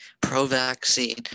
pro-vaccine